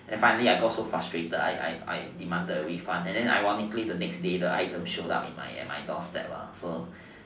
and finally I got so frustrated I I I demanded a refund and ironically the next day the item shown up at my doorstep so